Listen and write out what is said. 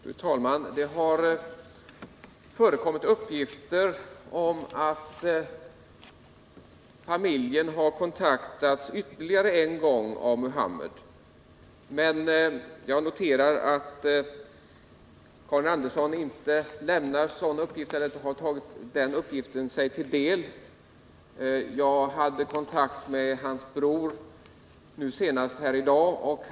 Fru talman! Det har förekommit uppgifter om att familjen har kontaktats ytterligare en gång av Mohamed Rafrafi. Men jag noterar att Karin Andersson inte har tagit del av den uppgiften. Jag hade kontakt med Mohamed Rafrafis bror senast i dag.